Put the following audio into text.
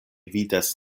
vidas